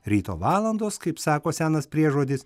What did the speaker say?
ryto valandos kaip sako senas priežodis